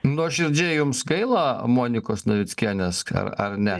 nuoširdžiai jums gaila monikos navickienės ką ar ne